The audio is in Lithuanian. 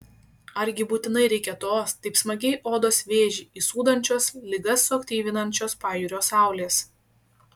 argi būtinai reikia tos taip smagiai odos vėžį įsūdančios ligas suaktyvinančios pajūrio saulės